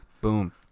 Boom